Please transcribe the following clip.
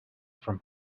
from